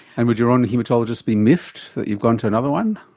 and would your own haematologist be miffed that you've gone to another one?